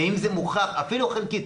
ואם זה מוכח אפילו חלקית,